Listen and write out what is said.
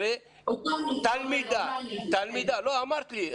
הרי תלמידה --- עוד לא עניתי --- לא, אמרת לי.